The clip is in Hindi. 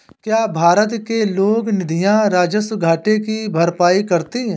क्या भारत के लोक निधियां राजस्व घाटे की भरपाई करती हैं?